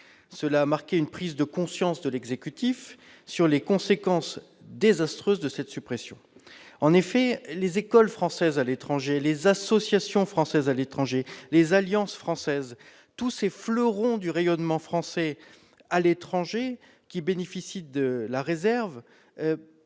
Cela a marqué une prise de conscience de l'exécutif des conséquences désastreuses de cette suppression, qui peut, dans certains cas, menacer la survie même des écoles françaises à l'étranger, des associations françaises à l'étranger, des Alliances françaises, de tous ces fleurons du rayonnement français à l'étranger qui bénéficiaient de la réserve